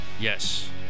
Yes